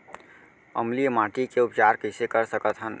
अम्लीय माटी के उपचार कइसे कर सकत हन?